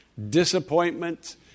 disappointment